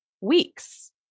weeks